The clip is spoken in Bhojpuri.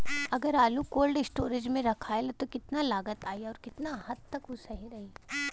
अगर आलू कोल्ड स्टोरेज में रखायल त कितना लागत आई अउर कितना हद तक उ सही रही?